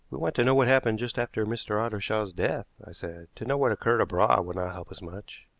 we want to know what happened just after mr. ottershaw's death, i said. to know what occurred abroad will not help us much.